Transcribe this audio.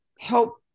help